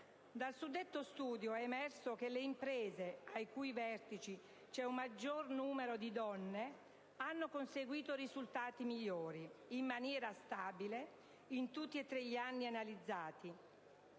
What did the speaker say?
Dal suddetto studio è emerso che le imprese ai cui vertici c'è un numero maggiore di donne hanno conseguito risultati migliori, in maniera stabile, in tutti e tre gli anni analizzati.